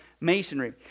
masonry